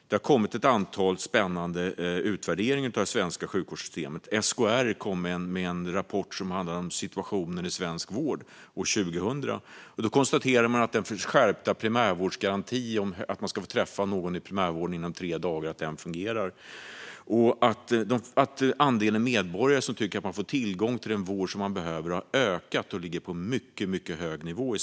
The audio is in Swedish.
Det har kommit ett antal spännande utvärderingar av det svenska sjukvårdssystemet. År 2000 kom SKR med en rapport om situationen i svensk vård, och man konstaterade att den skärpta primärvårdsgarantin, alltså att man ska får träffa någon i primärvården inom tre dagar, fungerar. Andelen medborgare som tycker att man får tillgång till den vård man behöver har dessutom ökat och ligger på en mycket hög nivå.